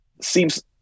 seems